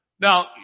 Now